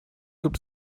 gibt